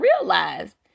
realized